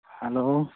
hello